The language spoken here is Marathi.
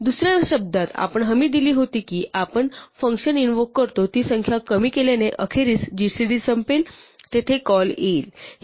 दुसऱ्या शब्दांत आपण हमी दिली होती आपण फंक्शन इनवोक करतो ती संख्या कमी केल्याने अखेरीस जीसीडी संपेल तेथे कॉल येईल